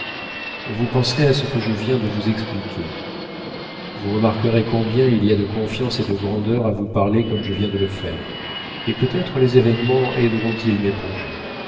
vous penserez à ce que je viens de vous expliquer vous remarquerez combien il y a de confiance et de grandeur à vous parler comme je viens de le faire et peut-être les événements aideront ils mes projets